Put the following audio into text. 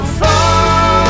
far